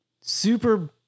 Super